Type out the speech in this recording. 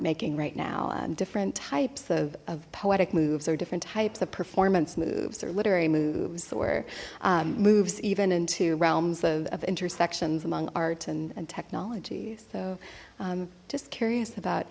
making right now and different types of poetic moves or different types of performance moves or literary moves or moves even into realms of intersections among arts and technology so just curious about